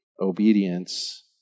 obedience